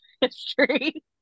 history